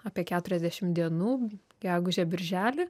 apie keturiasdešim dienų gegužę birželį